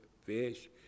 fish